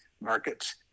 markets